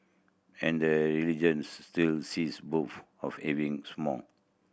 and the region still sees bouts of heavy smog